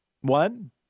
One